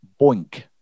boink